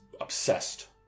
obsessed